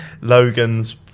Logan's